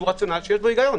יש בו היגיון.